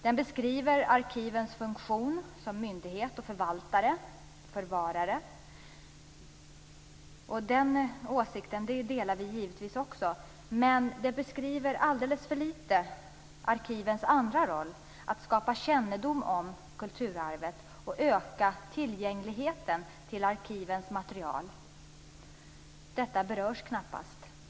Den beskriver arkivens funktion som myndighet, förvaltare och förvarare, och den synen delar vi också. Men propositionen beskriver alldeles för litet arkivens andra roll, att skapa kännedom om kulturarvet och öka tillgängligheten till arkivens material. Detta berörs knappast i propositionen.